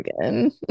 again